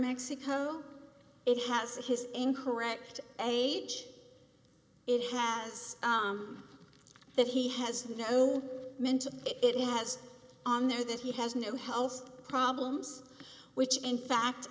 mexico it has a his incorrect age it has that he has no mental it has on there that he has no health problems which in fact